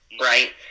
right